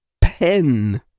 pen